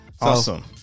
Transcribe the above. awesome